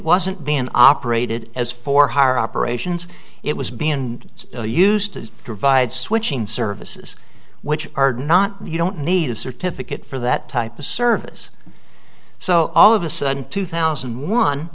wasn't being operated as for operations it was being used to provide switching services which are not you don't need a certificate for that type of service so all of a sudden two thousand